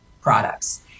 products